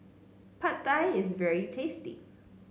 Pad Thai is very tasty